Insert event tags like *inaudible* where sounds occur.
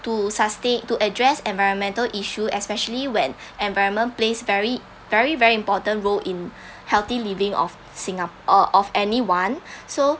to susta~ to address environmental issues especially when *breath* environment plays very very very important role in *breath* healthy living of singa~ uh of anyone *breath* so